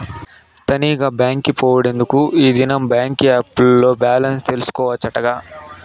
తనీగా బాంకి పోవుడెందుకూ, ఈ దినం బాంకీ ఏప్ ల్లో బాలెన్స్ తెల్సుకోవచ్చటగా